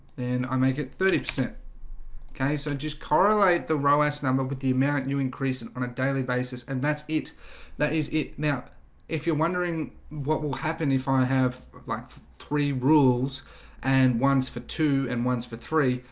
then i make it thirty percent okay, so just correlate the row s number with the amount you increase it on a daily basis and that's it that is it now if you're wondering what will happen if i have like three rules and ones for two and ones for three.